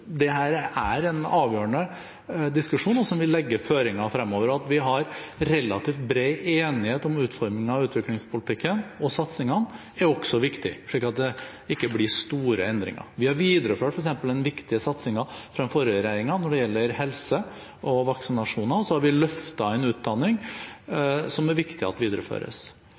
er en avgjørende diskusjon som vil legge føringer fremover. At vi har relativt bred enighet om utformingen av utviklingspolitikken og satsingen, er også viktig, slik at det ikke blir store endringer. Vi har f.eks. videreført den viktige satsingen fra den forrige regjeringen når det gjelder helse og vaksinasjoner. Så har vi løftet inn utdanning, som det er viktig